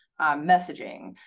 messaging